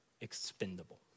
expendable